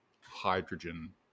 hydrogen